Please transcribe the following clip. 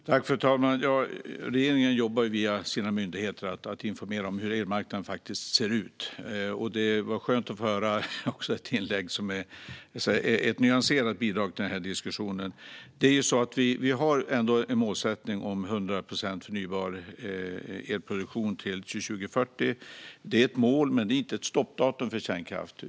Fru talman! Ja, regeringen jobbar via sina myndigheter med att informera om hur elmarknaden faktiskt ser ut. Det var skönt att få höra ett nyanserat bidrag i den här diskussionen. Vi har en målsättning om 100 procent förnybar elproduktion till 2040. Det är ett mål, men det är inte ett stoppdatum för kärnkraft.